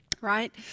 Right